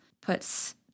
puts